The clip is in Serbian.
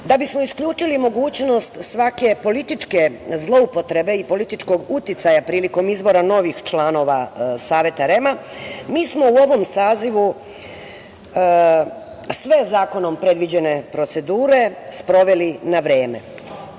bi smo isključili mogućnost svake političke zloupotrebe i političkog uticaja prilikom izbora novih članova Saveta REM-a, mi smo u ovom sazivu sve zakonom predviđene procedure sproveli na vreme.